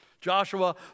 Joshua